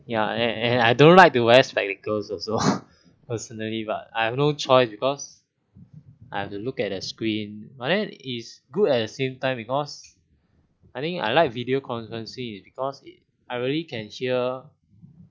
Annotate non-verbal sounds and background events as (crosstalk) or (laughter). yeah and and I don't like to wear spectacles also (laughs) personally but I have no choice because I have to look at the screen but then it's good at the same time because I think I like video conferencing because I really can hear